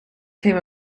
came